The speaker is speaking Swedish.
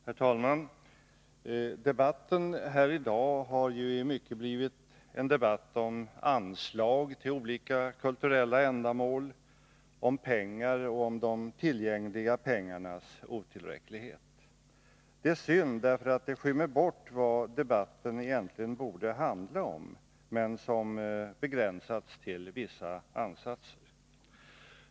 Herr talman! Debatten här i dag har i mycket blivit en debatt om anslag till olika kulturella ändamål, om pengar och om de tillgängliga pengarnas | otillräcklighet. Det är synd därför att det skymmer bort vad debatten egentligen borde handla om men som begränsats till vissa ansatser.